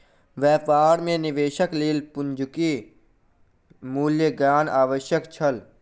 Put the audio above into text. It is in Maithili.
व्यापार मे निवेशक लेल पूंजीक मूल्य ज्ञान आवश्यक छल